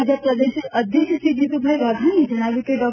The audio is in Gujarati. ભાજપ પ્રદેશ અધ્યક્ષ શ્રી જીતુભાઈ વાઘાણીએ જણાવ્યું કે ડો